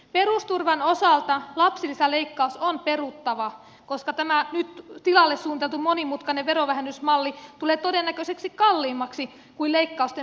perusturvan osalta lapsilisäleikkaus on peruttava koska tämä nyt tilalle suunniteltu monimutkainen verovähennysmalli tulee todennäköisesti kalliimmaksi kuin leikkausten peruminen